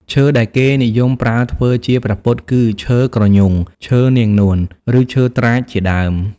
ឈើដែលគេនិយមប្រើធ្វើជាព្រះពុទ្ធគឺ ឈើគ្រញូង ឈើនាងនួន ឬឈើត្រាចជាដើម។